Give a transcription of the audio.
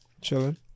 Chilling